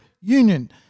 Union